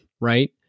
right